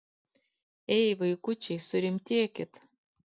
ei vaikučiai surimtėkit